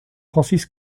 francis